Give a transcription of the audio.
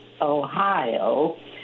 Ohio